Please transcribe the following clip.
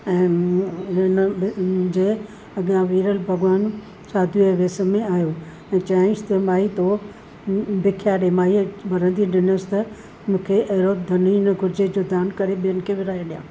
ऐं मुंहिंजे अॻियां वीरल भॻवानु साधूअ जे वेस में आहियो ऐं चयईंसि त माई तूं भिखिया ॾे माईअ वराणी ॾिनसि त मूंखे अहिड़ो धन ई न घुरिजे जो दान करे ॿियनि खे विराइ ॾियां